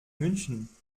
münchen